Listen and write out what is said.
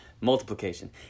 multiplication